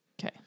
Okay